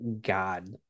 God